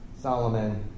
Solomon